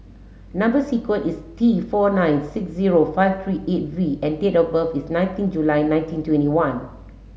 number sequence is T four nine six zero five three eight V and date of birth is nineteen July nineteen twenty one